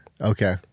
Okay